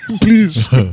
please